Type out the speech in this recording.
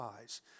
eyes